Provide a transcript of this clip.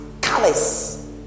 colors